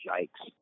Yikes